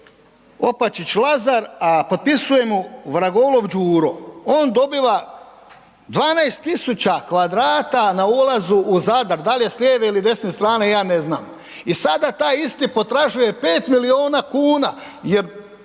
Opačić-Lazar a potpisuje mu Vragolov Đuro, on dobiva 12 tisuća kvadrata na ulazu u Zadar, da li je s lijeve ili desne strane, ja ne znam i sad taj isti potražuje 5 milijuna kuna